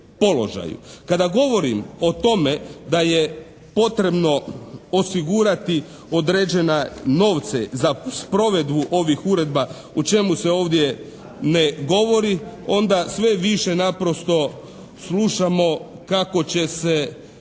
Kada govorim o tome da je potrebno osigurati određena novci za sprovedbu ovih uredba u čemu se ovdje ne govori onda sve više naprosto slušamo kako će se